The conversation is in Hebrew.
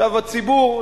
הציבור,